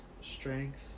strength